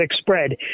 spread